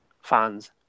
fans